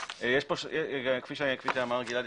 כפי שאמר גלעד,